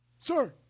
Sir